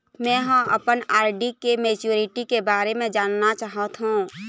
में ह अपन आर.डी के मैच्युरिटी के बारे में जानना चाहथों